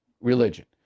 religion